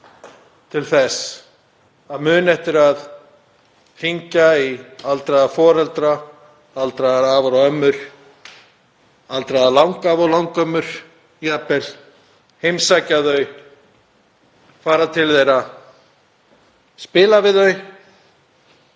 til þess að muna eftir að hringja í aldraða foreldra, aldraða afa og ömmur, aldraða langafa- og langömmur jafnvel, heimsækja þau, fara til þeirra, spila við þau